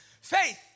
Faith